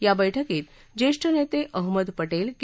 या बैठकीत ज्येष्ठ नेते अहमद पटेल के